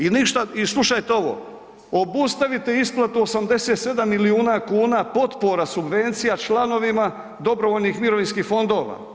I ništa i slušajte ovo, obustavite isplatu 87 milijuna kuna potpora subvencija članovima dobrovoljnih mirovinskih fondova.